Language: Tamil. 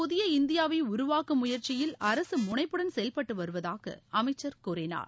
புதிய இந்தியாவை உருவாக்கும் முயற்சியில் அரசு முனைப்புடன் செயல்பட்டு வருவதாக அமைச்சர் கூறினார்